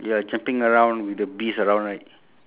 where is it ah